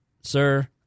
sir